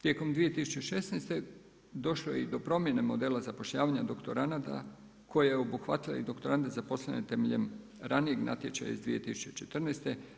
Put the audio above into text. Tijekom 2016. došlo je i do promjene modela zapošljavanja doktoranada koja je obuhvatila i doktorande zaposlene temeljem ranijeg natječaja iz 2014.